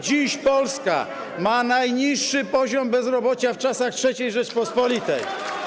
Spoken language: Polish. Dziś Polska ma najniższy poziom bezrobocia w czasach III Rzeczypospolitej.